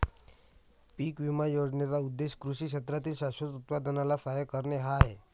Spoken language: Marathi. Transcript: पीक विमा योजनेचा उद्देश कृषी क्षेत्रातील शाश्वत उत्पादनाला सहाय्य करणे हा आहे